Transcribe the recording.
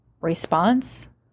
response